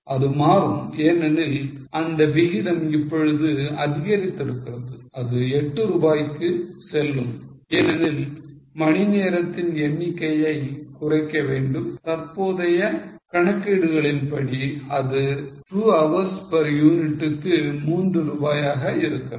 அது மாறும் ஏனெனில் அந்த விகிதம் இப்பொழுது அதிகரிக்கிறது அது 8 ரூபாய்க்கு செல்லும் ஏனெனில் மணி நேரத்தின் எண்ணிக்கை குறைய வேண்டும் தற்போதைய கணக்கீடுகளின் படி அது 2 hours per unit க்கு 3 ரூபாயாக இருக்கிறது